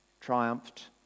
triumphed